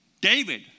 David